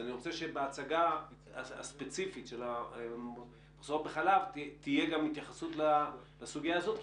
אני רוצה שבהצגה הספציפית של המחסור החלב תהיה גם התייחסות לסוגיה הזאת,